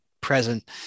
present